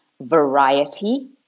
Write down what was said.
variety